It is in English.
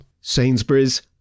Sainsbury's